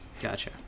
Gotcha